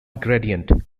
gradient